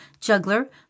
juggler